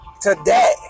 today